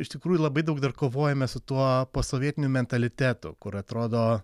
iš tikrųjų labai daug dar kovojame su tuo posovietinio mentalitetu kur atrodo